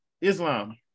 Islam